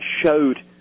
showed